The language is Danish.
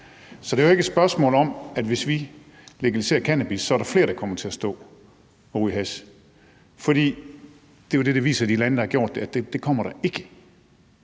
Så det er jo ikke et spørgsmål om, at der, hvis vi legaliserer cannabis, er flere, der kommer til at stå og ryge hash, for det er jo det, der viser sig i de lande, der har gjort det, nemlig at det kommer der ikke.